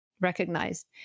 recognized